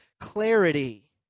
clarity